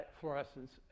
fluorescence